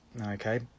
okay